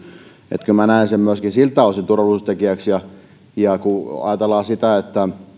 että kyllä minä näen sen myöskin siltä osin turvallisuustekijäksi ja ja kun ajatellaan sitä